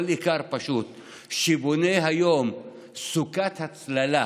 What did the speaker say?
כל איכר פשוט שבונה היום סוכת הצללה,